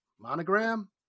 Monogram